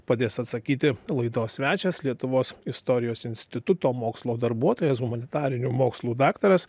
padės atsakyti laidos svečias lietuvos istorijos instituto mokslo darbuotojas humanitarinių mokslų daktaras